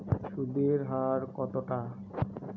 সুদের হার কতটা?